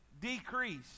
decrease